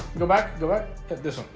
go back do it this one.